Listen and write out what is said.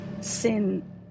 sin